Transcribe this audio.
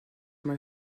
mae